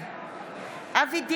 בעד אבי דיכטר,